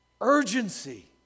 Urgency